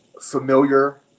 familiar